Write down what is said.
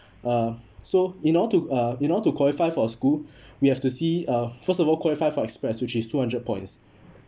uh so in order to uh in order to qualify for a school we have to see uh first of all qualify for express which is two hundred points